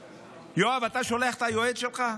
יואב, אתה שולח את היועץ שלך?